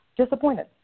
disappointed